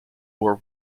war